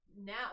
now